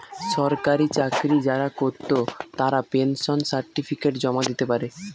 সরকারি চাকরি যারা কোরত তারা পেনশন সার্টিফিকেট জমা দিতে পারে